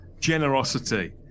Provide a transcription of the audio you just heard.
Generosity